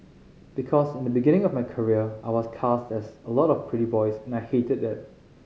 because in the beginning of my career I was cast as a lot of pretty boys and I hated that